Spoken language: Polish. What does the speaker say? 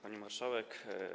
Pani Marszałek!